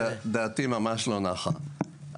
דעתי ממש לא נחה.